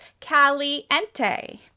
caliente